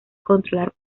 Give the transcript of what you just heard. controlar